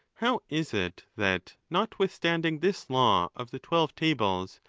how is it, that, notwithstanding this law of the twelve tables,